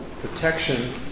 protection